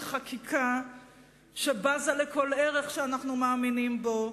חקיקה שבזה לכל ערך שאנחנו מאמינים בו,